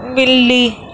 بلّی